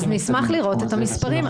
אז נשמח לראות את המספרים.